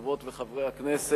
חברות וחברי הכנסת,